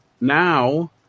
now